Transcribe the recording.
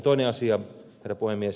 toinen asia herra puhemies